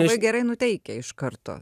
na gerai nuteikia iš karto